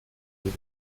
sus